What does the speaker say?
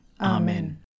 Amen